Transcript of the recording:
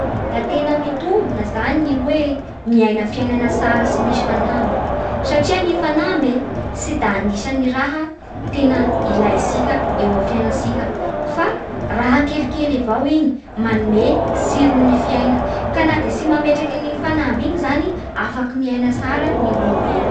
Da tegna mitombona zany nyb hoe miaina fiaignana tsara tsy misy fanamby satria ny fanamby tsy da anisan'ny raha tena ialintsika eo amin'ny fiainatsika fa raha kelikely avao igny manome tsiron'ny fiaigna. Ka na de tsy mametraka an'igny fanamby igny zany afaka miaina tsara ny olombelo.